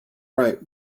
right